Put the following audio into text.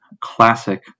classic